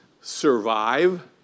survive